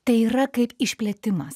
tai yra kaip išplėtimas